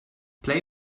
play